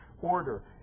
order